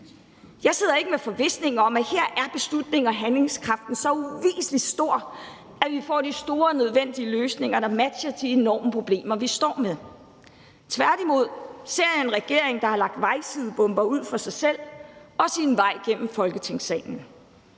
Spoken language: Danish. Jeg sidder ikke med en forvisning om, at her er beslutnings- og handlekraften så uafviselig stor, at vi får de store og nødvendige løsninger, der matcher de enorme problemer, vi står med. Tværtimod ser jeg en regering, der har lagt vejsidebomber ud for sig selv og sin vej igennem Folketingssalen,